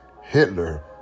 Hitler